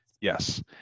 Yes